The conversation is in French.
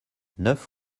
neuf